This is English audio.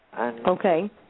Okay